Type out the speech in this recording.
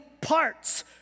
parts